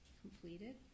completed